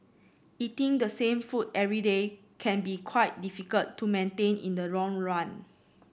eating the same food every day can be quite difficult to maintain in the long run